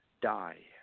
die